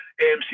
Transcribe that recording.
AMC